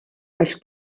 als